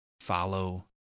Follow